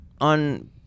on